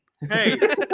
Hey